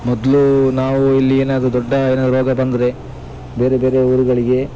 ಮೊದಲು ನಾವು ಇಲ್ಲಿ ಏನಾದ್ರೂ ದೊಡ್ಡ ಏನಾದ್ರೂ ರೋಗ ಬಂದರೆ ಬೇರೆ ಬೇರೆ ಊರುಗಳಿಗೆ